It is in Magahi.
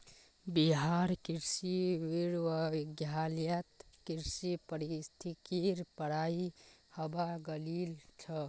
बिहार कृषि विश्वविद्यालयत कृषि पारिस्थितिकीर पढ़ाई हबा लागिल छ